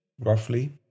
roughly